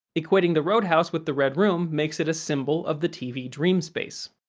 equating the roadhouse with the red room makes it a symbol of the tv dreamspace.